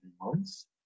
months